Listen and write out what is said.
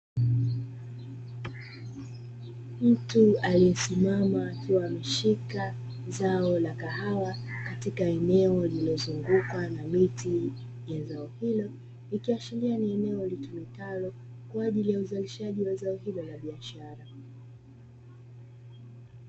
Mtu aliyesimama akiwa ameshika zao la kahawa, katika eneo lililozungukwa na miti ya zao hilo, likiashiria ni eneo litumikalo kwaajili ya uzalishaji wa zao hilo la biashara.